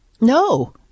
No